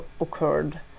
occurred